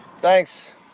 Thanks